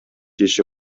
иши